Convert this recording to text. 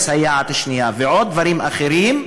דרך הסייעת השנייה, ועוד דברים אחרים,